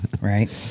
right